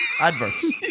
adverts